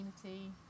community